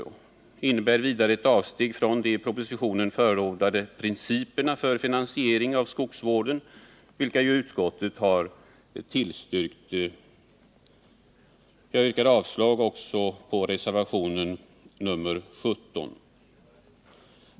Vidare innebär det ett avsteg från de i propositionen förordade principerna för finansiering av skogsvården, vilka utskottet har tillstyrkt. Jag yrkar avslag också på reservationen 17.